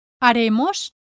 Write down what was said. haremos